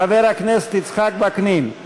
חבר הכנסת יצחק וקנין,